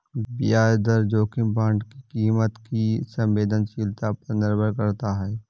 ब्याज दर जोखिम बांड की कीमत की संवेदनशीलता पर निर्भर करता है